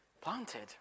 planted